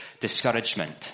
discouragement